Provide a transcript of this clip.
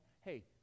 Hey